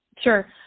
Sure